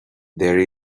there